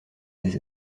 des